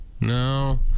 no